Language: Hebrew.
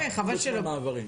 חוץ מהמעברים.